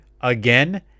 again